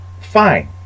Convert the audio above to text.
fine